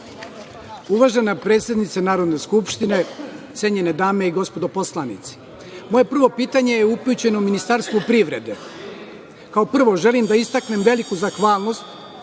Uvažena predsednice Narodne skupštine, cenjene dame i gospodo poslanici, moje prvo pitanje je upućeno Ministarstvu privrede. Kao prvo, želim da istaknem veliku zahvalnost